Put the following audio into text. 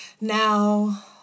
Now